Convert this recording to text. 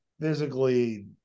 physically